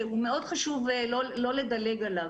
שמאוד חשוב לא לדלג עליו.